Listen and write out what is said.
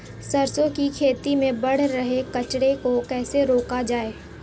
सरसों की खेती में बढ़ रहे कचरे को कैसे रोका जाए?